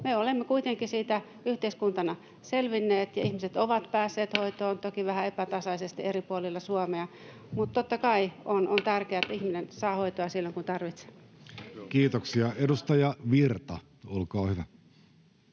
Me olemme kuitenkin siitä yhteiskuntana selvinneet, ja ihmiset ovat päässeet hoitoon, toki vähän epätasaisesti eri puolilla Suomea, mutta totta kai on tärkeää, että ihminen saa hoitoa silloin, kun tarvitsee. Kiitoksia. — Edustaja Virta, olkaa hyvä.